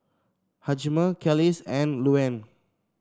Hjalmer Kelis and Luanne